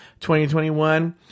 2021